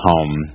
home